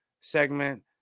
segment